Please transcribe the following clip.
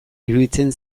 iruditzen